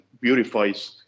beautifies